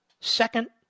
second